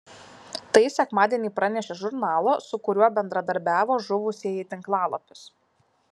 tai sekmadienį pranešė žurnalo su kuriuo bendradarbiavo žuvusieji tinklalapis